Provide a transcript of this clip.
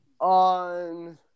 on